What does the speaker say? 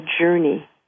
journey